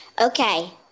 Okay